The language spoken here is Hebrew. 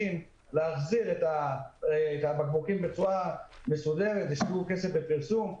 להחזיר אותם בצורה מסודרת והושקע כסף בפרסום,